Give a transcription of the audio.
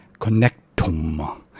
connectum